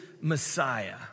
Messiah